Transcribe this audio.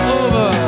over